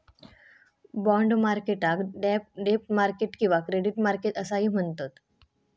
bond मार्केटाक डेब्ट market किंवा क्रेडिट मार्केट असाही म्हणतत